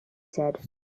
said